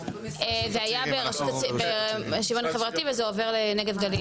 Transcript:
זה היה בשוויון חברתי וזה עובר לנגב גליל.